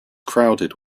crowded